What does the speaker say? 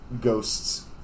ghosts